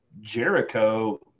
Jericho